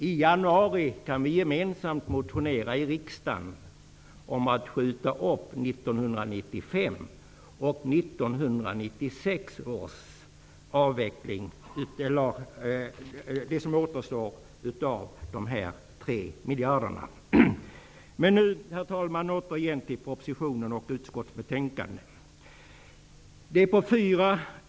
I januari kan vi gemensamt motionera i riksdagen om att inför 1995 och 1996 skjuta upp den återstående nerdragningen av dessa tre miljarder. Herr talman! Låt mig återgå till propositionen och utskottsbetänkandet.